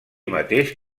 mateix